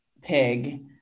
pig